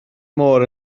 môr